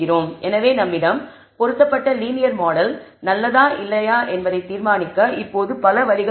எனவே நம்மிடம் பொருத்தப்பட்ட லீனியர் மாடல் நல்லதா இல்லையா என்பதை தீர்மானிக்க இப்போது பல வழிகள் உள்ளன